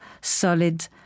solid